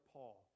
Paul